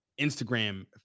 Instagram